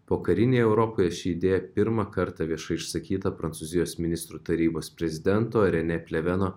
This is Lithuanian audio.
pokarinėje europoje ši idėja pirmą kartą viešai išsakyta prancūzijos ministrų tarybos prezidento rene pleveno